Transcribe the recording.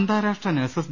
അന്താരാഷ്ട്ര നഗ്സസ്